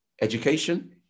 Education